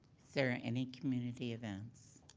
there any community events?